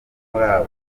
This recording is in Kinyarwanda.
bari